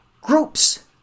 groups